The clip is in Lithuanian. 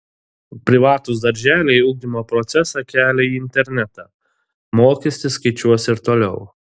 privatūs darželiai ugdymo procesą kelia į internetą mokestį skaičiuos ir toliau